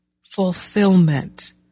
fulfillment